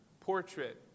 portrait